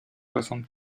soixante